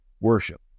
worship